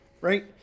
Right